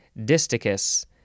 Disticus